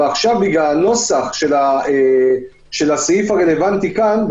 ועכשיו בגלל הנוסח של הסעיף הרלוונטי כאן,